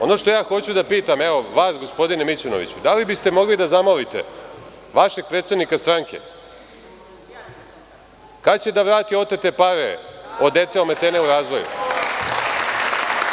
Ono što ja hoću da pitam vas, gospodine Mićunoviću, da li biste mogli da zamolite vašeg predsednika stranke kada će vrati da otete pare od dece ometene u razvoju?